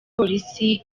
polisi